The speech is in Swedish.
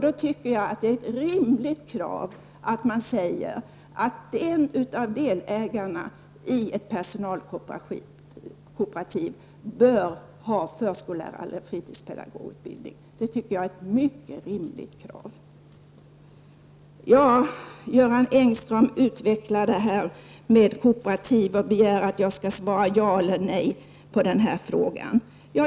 Då tycker jag att det är ett rimligt krav att en av dem som ingår i ett personalkooperativ har förskollärar eller fritidspedagogutbildning. Göran Engström utvecklade sina synpunkter på föräldrakooperativ och begärde att jag skall svara ja eller nej på den här frågan.